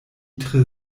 tre